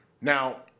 Now